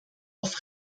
auf